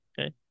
Okay